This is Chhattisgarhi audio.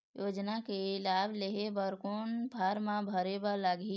योजना के लाभ लेहे बर कोन फार्म भरे लगही?